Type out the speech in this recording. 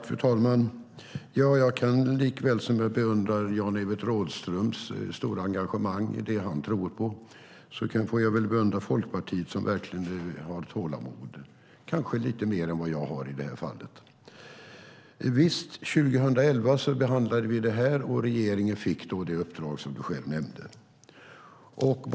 Fru talman! Jag kan likväl som jag beundrar Jan-Evert Rådhströms engagemang i det han tror på beundra Folkpartiet, som verkligen har tålamod, kanske lite mer än vad jag har i det här fallet. År 2011 behandlade vi frågan, visst, och regeringen fick det uppdrag som du själv nämnde, Lars Tysklind.